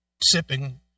sipping